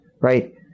right